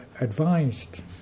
advised